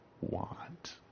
want